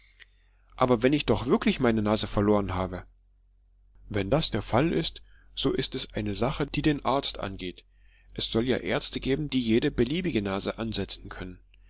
aber wenn ich doch wirklich meine nase verloren habe wenn das der fall ist so ist es eine sache die den arzt angeht es soll ja ärzte geben die jede beliebige nase ansetzen können